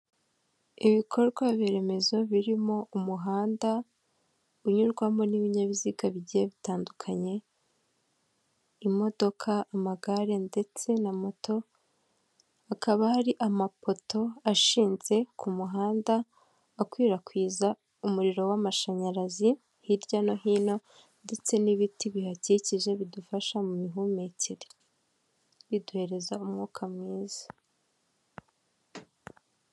Ibikorwa remezo birimo umuhanda unyurwamo n'ibinyabiziga bigiye bitandukanye imodoka, amagare ndetse na moto hakaba hari amapoto ashinze ku muhanda akwirakwiza umuriro w'amashanyarazi hirya no hino ndetse n'ibiti bihakikije bidufasha mu mihumekere biduhereza umwuka mwiza.